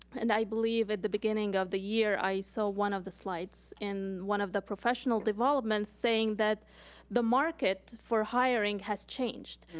and i believe at the beginning of the year, i saw one of the slides in one of the professional developments saying that the market for hiring has changed.